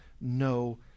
no